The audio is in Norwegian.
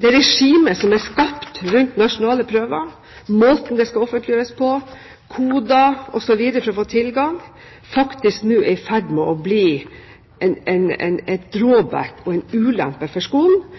det regimet som er skapt rundt nasjonale prøver og måten de skal offentliggjøres på – koder osv. for å få tilgang – faktisk nå er i ferd med å bli et drawback og en ulempe for skolen,